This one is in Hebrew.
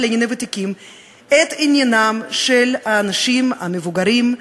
לאזרחים ותיקים את עניינם של האנשים המבוגרים,